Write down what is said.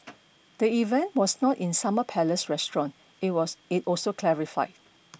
the event was not in Summer Palace restaurant it was it also clarified